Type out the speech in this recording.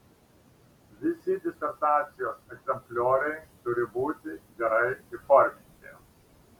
visi disertacijos egzemplioriai turi būti gerai įforminti